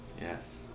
Yes